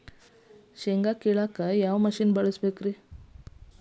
ಶೇಂಗಾ ಕೇಳಲು ಯಾವ ಯಂತ್ರ ಬಳಸಬೇಕು?